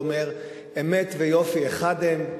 הוא אומר: "אמת ויופי אחד הם,